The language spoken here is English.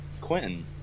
Quentin